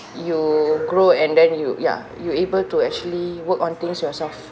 you grow and then you ya you able to actually work on things yourself